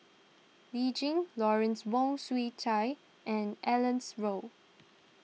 Lee Tjin Lawrence Wong Shyun Tsai and Alice Ong